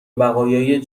بقایای